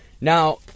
Now